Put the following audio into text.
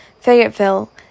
Fayetteville